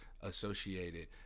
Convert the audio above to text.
associated